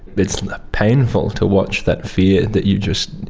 it's ah painful to watch that fear that you just,